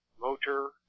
motor